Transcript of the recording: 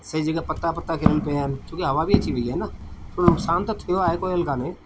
सॼी जॻा पत्ता पता किरयल पिया आहिनि छो की हवा बि अची वई आहे न थोरो नुकसानु त थियो आहे कोई ॻाल्हि कोन्हे